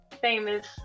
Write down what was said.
famous